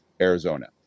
Arizona